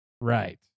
Right